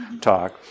talk